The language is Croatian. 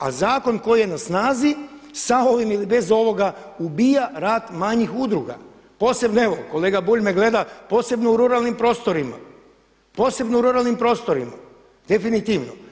A zakon koji je na snazi sa ovim ili bez ovoga ubija rad manjih udruga posebno evo, kolega Bulj me gleda, posebno u ruralnim prostorima, posebno u ruralnim prostorima definitivno.